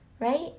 right